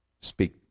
Speak